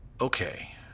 Okay